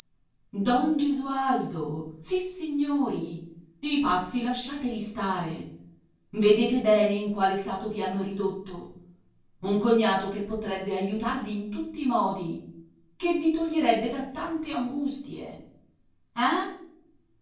gesualdo motta don gesualdo sissignori i pazzi lasciateli stare vedete bene in quale stato vi hanno ridotto un cognato che potrebbe aiutarvi in tutti i modi che vi toglierebbe da tante angustie ah